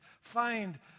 find